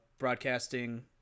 Broadcasting